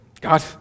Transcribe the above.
God